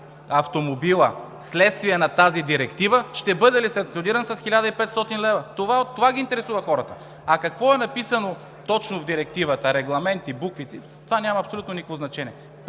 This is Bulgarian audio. автомобила, вследствие на тази Директива ще бъде ли санкциониран с 1500 лв.? Това ги интересува хората. А какво е написано точно в директивата, регламенти, букви – това няма абсолютно никакво значение.